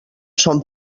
son